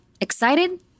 Excited